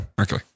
Okay